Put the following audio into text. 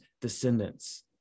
descendants